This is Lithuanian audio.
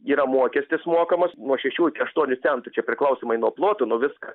yra mokestis mokamas nuo šešių iki aštuonių centų čia priklausomai nuo ploto nuo viska